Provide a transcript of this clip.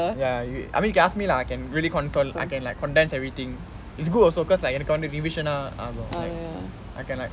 ya I mean you can ask me lah I can really consol~ I can like condense everything is good also cause like எனக்கு வந்து:enakku vanthu revision ஆகும்:aagum I can like